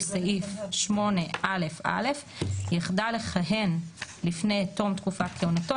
של סעיף 8א(א) יחדל לכהן לפני תום תקופת כהונתו,